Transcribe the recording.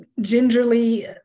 gingerly